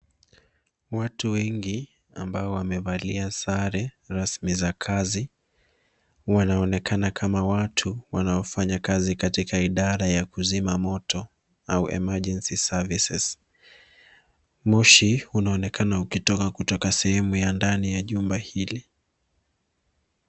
Watu wengi ambao wamevalia sare rasmi za kazi wanaonekana kama watu wanofanya kazi katika idara ya kuzima moto au emergency services . Moshi unaonekana ukitoka katika sehemu ya ndani ya jumba hili.